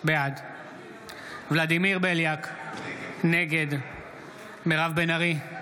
בעד ולדימיר בליאק, נגד מירב בן ארי,